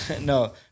no